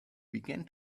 began